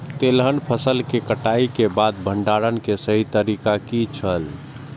तेलहन फसल के कटाई के बाद भंडारण के सही तरीका की छल?